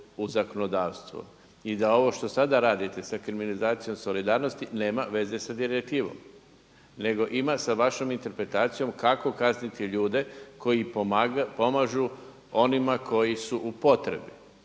u zakonodavstvo i da ovo što sada radite sa kriminalizacijom solidarnosti nema veze sa direktivom nego ima sa vašom interpretacijom kako kazniti ljude koji pomažu onima koji su u potrebi.